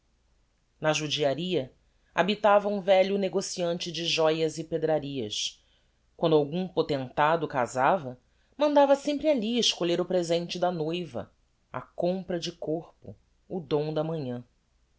na judiaria habitava um velho negociante de joias e pedrarias quando algum potentado casava mandava sempre ali escolher o presente de noiva a compra de corpo o dom da manhã